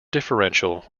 differential